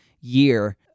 year